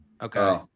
Okay